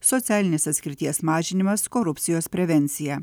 socialinės atskirties mažinimas korupcijos prevencija